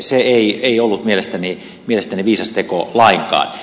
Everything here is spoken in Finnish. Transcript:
se ei ollut mielestäni viisas teko lainkaan